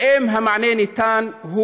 ואם המענה ניתן,